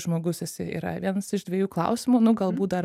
žmogus esi yra vienas iš dviejų klausimų nu galbūt dar